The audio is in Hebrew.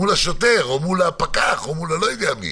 מול השוטר או מול הפקח או לא יודע מי.